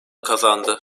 kazandı